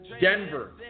Denver